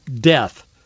death